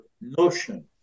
notion